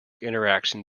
interaction